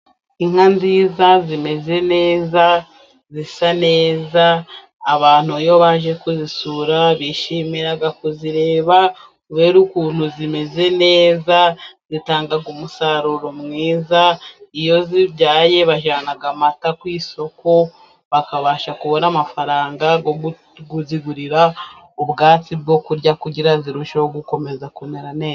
Inka nziza, zimeze neza ,zisa neza . Abantu iyo baje kuzisura, bishimira kuzireba kubera ukuntu zimeze neza ,zitanga umusaruro mwiza . Iyo zibyaye, bajyana amata ku isoko ,bakabasha kubona amafaranga yo kuzigurira ubwatsi bwo kurya kugira ngo zirusheho gukomeza kumera neza.